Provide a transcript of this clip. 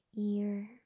ear